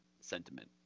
sentiment